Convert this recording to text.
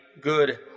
good